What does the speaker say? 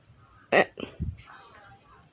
ugh